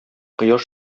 кояш